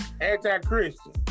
anti-christian